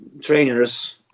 trainers